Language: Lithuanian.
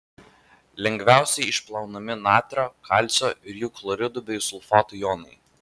lengviausiai išplaunami natrio kalcio ir jų chloridų bei sulfatų jonai